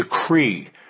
decree